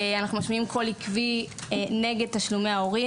אנחנו משמיעים קול עקבי נגד תשלומי ההורים.